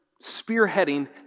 spearheading